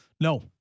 No